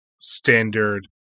standard